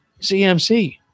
CMC